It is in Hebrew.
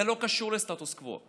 זה לא קשור לסטטוס קוו.